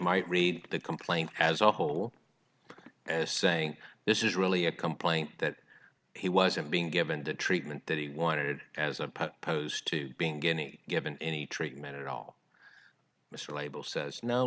might read the complaint as a whole as saying this is really a complaint that he wasn't being given the treatment that he wanted as a posed to being guinea given any treatment at all mr label says now